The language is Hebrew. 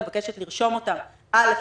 אני מבקשת לרשום אותן: א'